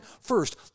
first